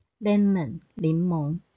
Lemon,柠檬